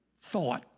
thought